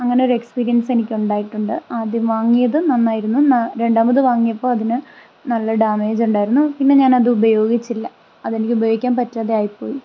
അങ്ങനെ ഒരു എക്സ്പീരിയൻസ് എനിക്ക് ഉണ്ടായിട്ടുണ്ട് ആദ്യം വാങ്ങിയത് നന്നായിരുന്നു രണ്ടാമത് വാങ്ങിയപ്പോൾ അതിന് നല്ല ഡാമേജ് ഉണ്ടായിരുന്നു പിന്നെ ഞാൻ അത് ഉപയോഗിച്ചില്ല അത് എനിക്ക് ഉപയോഗിക്കാൻ പറ്റാതെ ആയിപ്പോയി